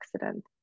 accident